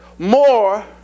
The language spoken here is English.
More